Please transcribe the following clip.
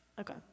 Okay